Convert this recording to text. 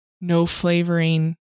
no-flavoring